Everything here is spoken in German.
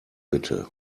bitte